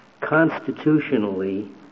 constitutionally